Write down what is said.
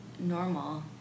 normal